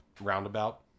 roundabout